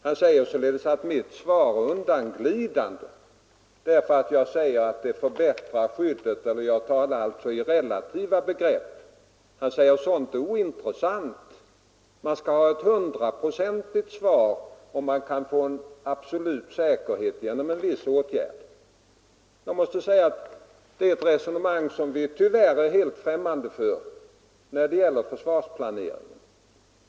Han säger således att mitt svar var undanglidande därför att jag talar i relativa begrepp. Han säger att sådant är ointressant; det skall ges ett hundraprocentig garanti för att en viss åtgärd ger betryggande säkerhet. Det är ett resonemang som tyvärr inte gäller för försvarsplaneringen.